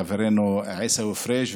חברנו עיסאווי פריג',